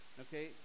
okay